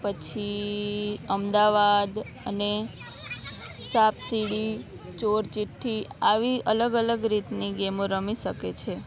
પછી અમદાવાદ અને સાપસીડી ચોર ચિઠ્ઠી આવી અલગ અલગ રીતની ગેમો રમી શકે છે